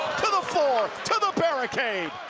to the floor, to the barricade.